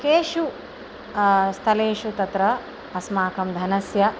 केषु स्थलेषु तत्र अस्माकं धनस्य